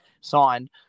signed